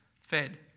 fed